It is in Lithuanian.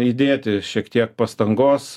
įdėti šiek tiek pastangos